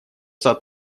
сад